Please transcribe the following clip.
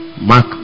Mark